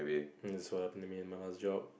that's what happen to me in my last job